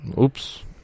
Oops